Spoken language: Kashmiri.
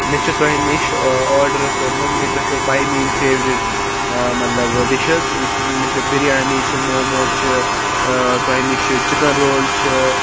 مے چھ تۄہہ نش آڈَر کوٚرمت تۄہہ چھو پے میٲنۍ فیورِٹ مطلب ڈِشس یتھ مےٚ چھ بریانی چھ موموز چھ تۄہہ نش چھ چِکَن رول چھ